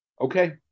Okay